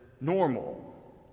normal